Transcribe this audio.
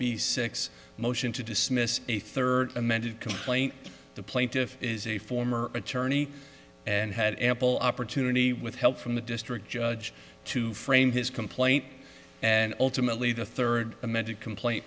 b six motion to dismiss a third amended complaint the plaintiff is a former attorney and had ample opportunity with help from the district judge to frame his complaint and ultimately the third amended complaint